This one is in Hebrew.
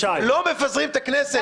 לא מפזרים את הכנסת.